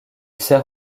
sert